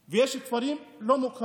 יש בנייה בלתי חוקית ויש כפרים לא מוכרים.